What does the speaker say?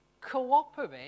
cooperate